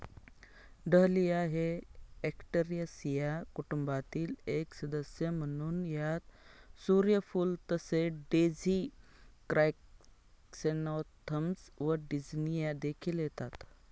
dahlia हे Asteraceae कुटुंबातील एक सदस्य असून यात सूर्यफूल तसेच डेझी क्रायसॅन्थेमम्स व झिनिया देखील येतात